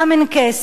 גם אין כסף.